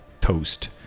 toast